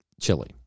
chili